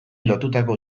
lotutako